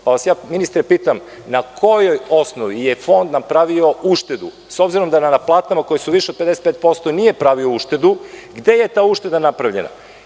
Pitam vas ministre, na kojoj osnovi je Fond napravio uštedu, s obzirom da na platama koje su više od 55% nije pravio uštedu, gde je ta ušteda napravljena?